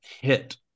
hit